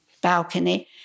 balcony